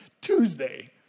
Tuesday